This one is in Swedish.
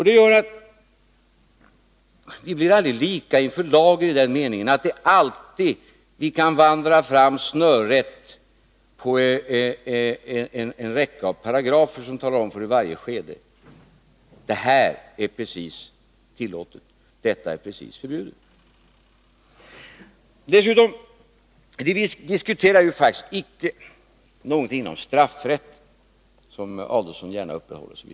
Det gör att vi aldrig blir lika inför lagen i den meningen, att vi alltid kan vandra fram snörrätt på en räcka av paragrafer, som i varje skede talar om precis vad som är tillåtet och precis vad som är förbjudet. Vi diskuterar nu inte någonting som har med straffrätten att göra, något som Ulf Adelsohn gärna uppehåller sig vid.